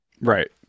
Right